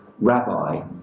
Rabbi